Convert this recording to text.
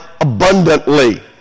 abundantly